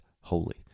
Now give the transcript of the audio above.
holy